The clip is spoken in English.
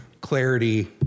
clarity